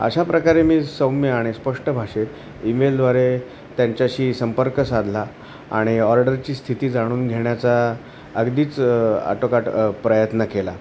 अशा प्रकारे मी सौम्य आणि स्पष्ट भाषेत ईमेलद्वारे त्यांच्याशी संपर्क साधला आणि ऑर्डरची स्थिती जाणून घेण्याचा अगदीच अटोकाट प्रयत्न केला